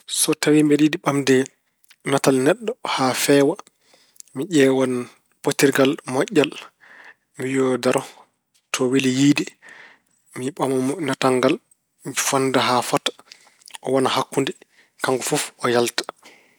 So tawi mbeɗa yiɗi natal neɗɗo haa feewa, mi ƴeewan potirngal moƴƴal. Mi wiya yo daro to weli yiyde. Mi ɓama mo natal ngal, ni fotda haa fota, o wona hakkunde. Kanko fof, yo yalta.